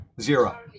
Zero